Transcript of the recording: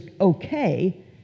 okay